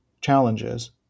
challenges